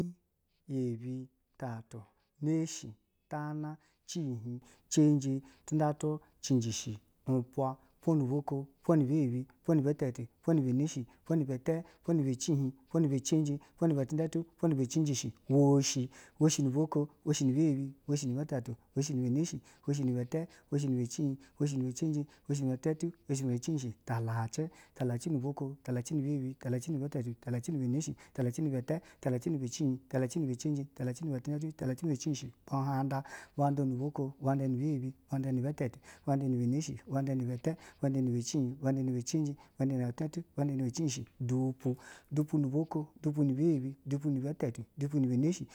Hiin, yebi, tatu, neshi, tana, cihin, cenje, tundatu, cijishi, umpwa. Umpwa nibo oko, umpwa nibe yebi, umpwa nibe tatu, umpwa nibe neshi, umpwa nibe ta, umpwa nibe cihin, umpwa nibe cenje, umpwa nibe tundatu, umpwa nibe cijishi, woshi, woshi nibe oko, woshi nibe yebi, woshi nibe itu, woshi nibe neshi, woshi nibe ta, woshi nibe cihin, woshi nibe cenje, woshi nibe tundatu, woshi nibe cijishi, talace, talace nibe oko, talace nibe iyebi, talace nibe itatu, talace nibe neshi, talace nibe ta, talace nibe cihin, talace nibe tundatu, talace nibe cijishi, buhanda, buhanda nibe oko, buhanda nibe iyebe, buhanda nibe itatu, buhanda nibe nishi, buhanda nibe ta, buhanda nibe cihin, buhanda nibe cenji, buhanda nibe tundatu, buhanda nibe cijishi, dupu, dupu nibe oko, dupu nibe iyebi, dupu nibe itatu, dupu nibe neshi